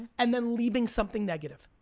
and then leaving something negative.